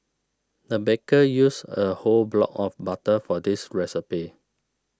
the baker used a whole block of butter for this recipe